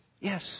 Yes